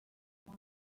out